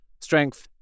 strength